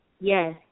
yes